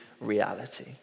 reality